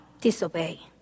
disobey